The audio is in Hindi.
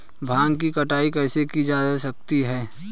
भांग की कटाई कैसे की जा सकती है?